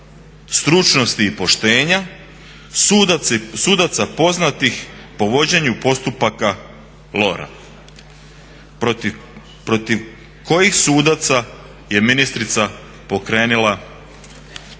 stručnosti i poštenja, sudaca poznatih po vođenju postupaka Lora protiv kojih sudaca je ministrica pokrenula